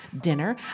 dinner